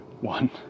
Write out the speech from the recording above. one